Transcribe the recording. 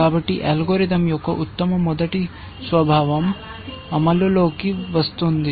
కాబట్టి అల్గోరిథం యొక్క ఉత్తమ మొదటి స్వభావం అమలులోకి వస్తుంది